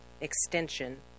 extension